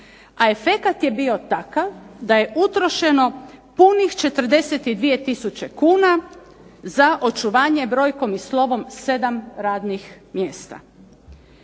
A efekat bio takav da je utrošeno punih 42 tisuće kuna za očuvanje brojkom i slovom 7 radnih mjesta.